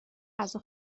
غذا